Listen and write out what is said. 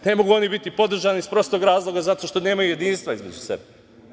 Ne mogu oni biti podržani iz prostog razloga zato što nemaju jedinstva između sebe.